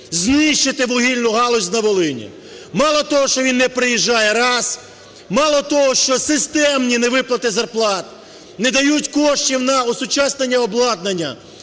знищити вугільну галузь на Волині. Мало того, що він не приїжджає, раз, мало того, що системні невиплати зарплат не дають коштів на осучаснення обладнання.